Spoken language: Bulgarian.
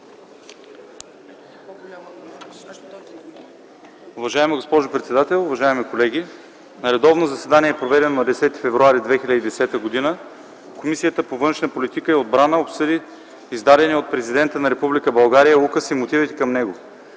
Уважаема госпожо председател, уважаеми колеги! „На редовно заседание, проведено на 10 февруари 2010 г., Комисията по външна политика и отбрана обсъди издадения от Президента на Република България указ и мотивите към него.